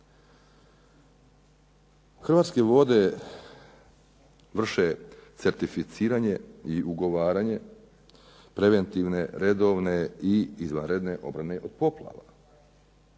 Hrvatske vode vrše certificiranje i ugovaranje, preventivne, redovne i izvanredne obrane od poplava.